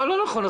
לא נכון?